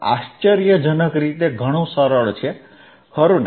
આશ્ચર્યજનક રીતે ઘણું સરળ છે ખરું ને